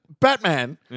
Batman